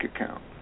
account